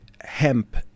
hemp